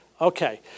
Okay